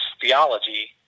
theology